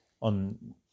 on